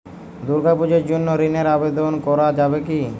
দুর্গাপূজার জন্য ঋণের আবেদন করা যাবে কি?